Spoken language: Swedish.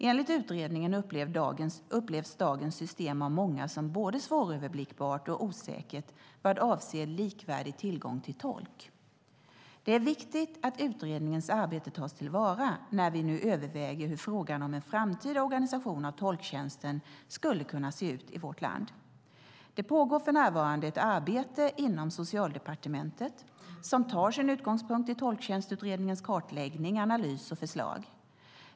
Enligt utredningen upplevs dagens system av många som både svåröverblickbart och osäkert vad avser likvärdig tillgång till tolk. Det är viktigt att utredningens arbete tas till vara när vi nu överväger hur frågan om en framtida organisation av tolktjänsten ska kunna se ut i vårt land. Det pågår för närvarande ett arbete inom Socialdepartementet som tar sin utgångspunkt i Tolktjänstutredningens kartläggning, analys och förslag.